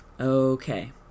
okay